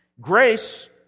grace